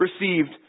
received